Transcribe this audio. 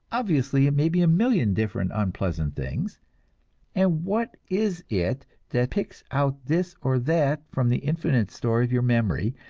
obviously, it may be a million different unpleasant things and what is it that picks out this or that from the infinite store of your memory,